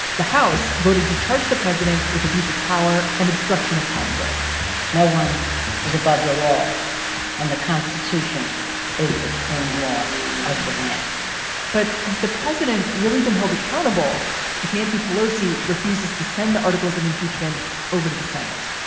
the house voted to charge the president with abuse of power and obstruction of congress no one is above the law and the constitution is the supreme law of the land but is the president really been held accountable if nancy pelosi refuses to send the articles of impeachment over to the senate?